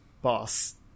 boss